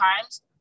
times